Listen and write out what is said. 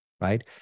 right